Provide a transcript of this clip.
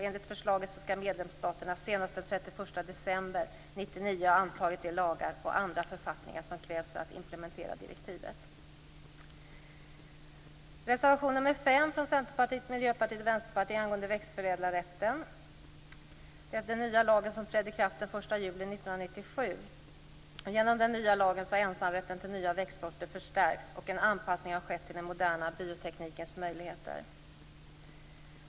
Enligt förslaget skall medlemsstaterna senast den 31 december 1999 ha antagit de lagar och andra författningar som krävs för att implementera direktivet. Reservation nr 5 från Centerpartiet, Miljöpartiet och Vänsterpartiet gäller växtförädlarrätten. En ny lag trädde i kraft den 1 juli 1997. Genom den nya lagen har ensamrätten till nya växtsorter förstärkts, och en anpassning har skett till den moderna bioteknikens möjligheter.